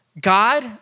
God